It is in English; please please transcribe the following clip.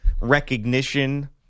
recognition